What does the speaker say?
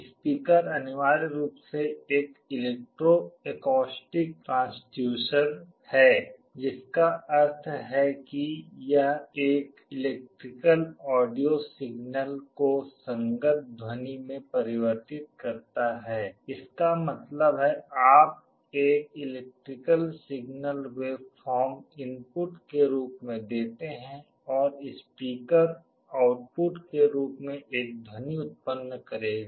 speaker अनिवार्य रूप से एक इलेक्ट्रो एकॉस्टिक ट्रांसड्यूसर है जिसका अर्थ है कि यह एक इलेक्ट्रिकल ऑडियो सिग्नल को संगत ध्वनि में परिवर्तित करता है इसका मतलब है आप एक इलेक्ट्रिकल सिग्नल वेवफॉर्म इनपुट के रूप में देते हैं और स्पीकर आउटपुट के रूप में एक ध्वनि उत्पन्न करेगा